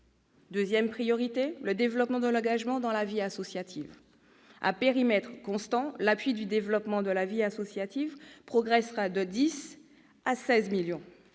Deuxième priorité, le développement de l'engagement dans la vie associative. À périmètre constant, l'appui au développement de la vie associative progressera de 10 millions